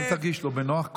אל תרגיש לא בנוח,